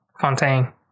Fontaine